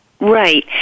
Right